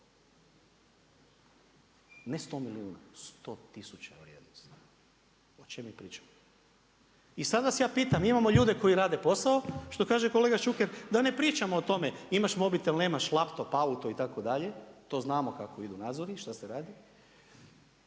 Ne sto milijuna, sto tisuća vrijednosti, o čem mi pričamo. I sad vas ja pitam, imamo ljude koji rade posao, što kaže kolega Šuker, da ne pričamo o tome, imaš mobitel, nemaš laptop, auto itd. to znamo kako ide nadzori, što se radi.